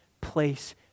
place